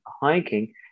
hiking